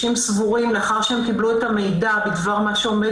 לאחר שהם קיבלו את המידע בדבר מה שעומד